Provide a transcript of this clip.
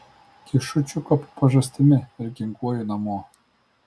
kišu čiuką po pažastimi ir kinkuoju namo